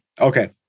okay